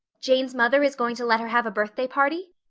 jane's mother is going to let her have a birthday party?